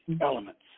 elements